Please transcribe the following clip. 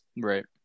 Right